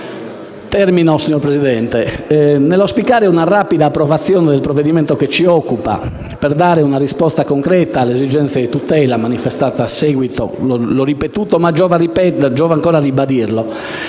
amministrative. Nell'auspicare una rapida approvazione del provvedimento che ci occupa, per dare una risposta concreta all'esigenza di tutela manifestata a seguito - l'ho già sottolineato ma giova ancora ribadirlo